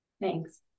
Thanks